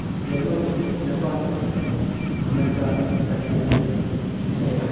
Germany Japan America Russia China